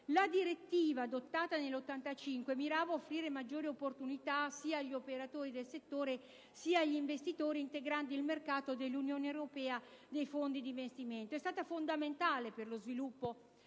La direttiva adottata nel 1985 mirava ad offrire maggiori opportunità, sia agli operatori del settore sia agli investitori, integrando il mercato dell'Unione europea dei fondi di investimento. È stata fondamentale per lo sviluppo